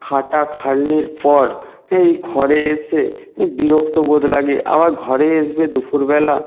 খাটাখাটনির পর হ্যাঁ এই ঘরে এসে হ্যাঁ বিরক্ত বোধ লাগে আবার ঘরে আসবে দুপুরবেলা